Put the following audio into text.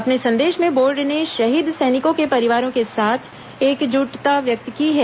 अपने संदेश में बोर्ड ने शहीद सैनिकों के परिवारों के साथ एकजुटता व्यक्त की है